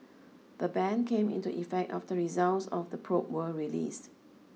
the ban came into effect after results of the probe were released